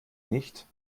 nicht